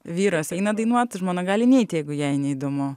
vyras eina dainuot žmona gali neit jeigu jai neįdomu